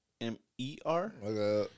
M-E-R